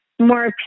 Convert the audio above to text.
more